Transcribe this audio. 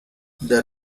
the